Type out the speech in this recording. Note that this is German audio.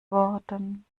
worden